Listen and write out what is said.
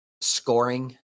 scoring